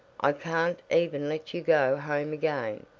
i can't even let you go home again.